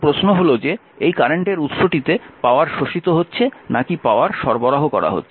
এখন প্রশ্ন হল যে এই কারেন্টের উৎসটিতে পাওয়ার শোষিত হচ্ছে নাকি পাওয়ার সরবরাহ করা হচ্ছে